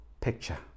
picture